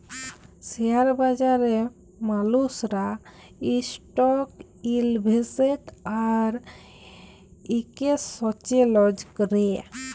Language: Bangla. শেয়ার বাজারে মালুসরা ইসটক ইলভেসেট আর একেসচেলজ ক্যরে